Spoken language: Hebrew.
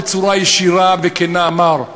בצורה ישירה וכנה אמר: